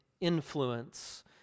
influence